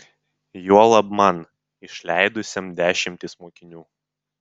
juolab man išleidusiam dešimtis mokinių